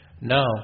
No